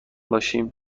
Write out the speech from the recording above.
باشیم